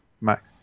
Mac